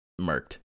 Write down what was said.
murked